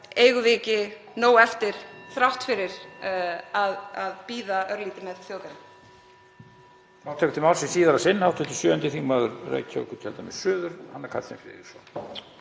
Eigum við ekki nóg eftir þrátt fyrir að bíða örlítið með þjóðgarðinn?